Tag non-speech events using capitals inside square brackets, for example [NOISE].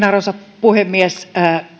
[UNINTELLIGIBLE] arvoisa puhemies